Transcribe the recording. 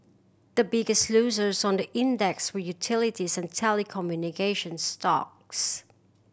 the biggest losers on the index were utilities and telecommunication stocks